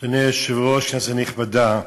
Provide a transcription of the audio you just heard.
אדוני היושב-ראש, כנסת נכבדה,